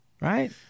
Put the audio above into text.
Right